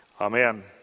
Amen